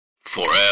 forever